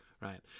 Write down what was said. Right